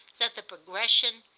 that the progression,